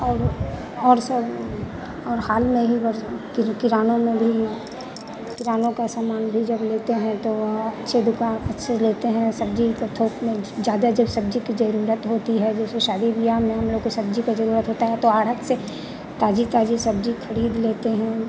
और और सब और हाल में अब कि किराने में भी किराने का सामान भी जब लेते हैं तो वहाँ अच्छे दूकान अच्छे लेते हैं सभी तो थोक में ज़्यादा जब सब्जी की ज़रुरत होती है जैसे शादी बियाह में हम लोगों को सब्जी का ज़रुरत होता है तो आढ़त से ताज़ी ताज़ी सब्जी खरीद लेते हैं